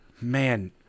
man